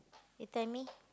you tell me